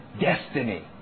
destiny